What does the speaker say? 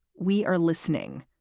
we are listening.